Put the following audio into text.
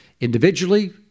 Individually